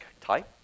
type